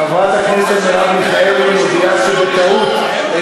חברת הכנסת מרב מיכאלי מודיעה שבטעות היא